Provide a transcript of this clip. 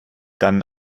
dann